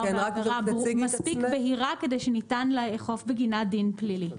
בעבירה מספיק בהירה כדי שניתן לאכוף בגינה דין פלילי.